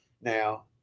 now